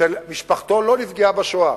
שמשפחתו לא נפגעה בשואה,